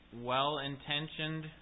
well-intentioned